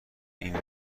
این